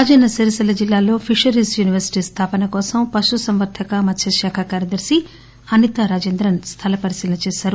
రాజన్స సిరిసిల్లా జిల్లా లో fisheries university స్థాపన కోసం రాష్ట పశుసంవర్దక మత్స్య శాఖ కార్యదర్శి అనితా రాజేంద్రస్ స్థల పరిశీలన చేశారు